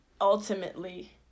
ultimately